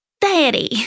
Daddy